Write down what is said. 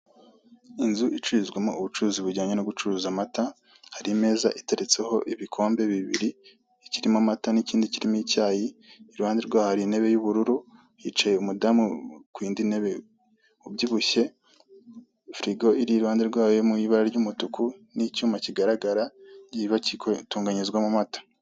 Inzu icururizwamo ubucuruzi bujyanye no gucuruza amata. Hari imeza iteretseho ibikombe bibiri, imirimo amata n'ikindi kirimo icyayi. Iruhande rwayo hari intebe y'ubururu, hicaye umudamu ku yindi ntebe, ubyibushye, firigo iri iruhande rwayo mu ibara ry'umutuku n'icyuma kigaraga, itunganyirizwamo amata.